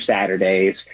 Saturdays